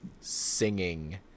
singing